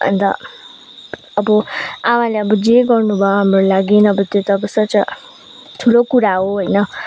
अन्त अब आमाले अब जे गर्नुभयो हाम्रो लागि अब त्यो त अब सच् अ ठुलो कुरा हो होइन